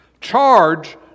Charge